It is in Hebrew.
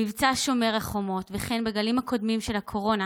במבצע שומר חומות וכן בגלים הקודמים של הקורונה,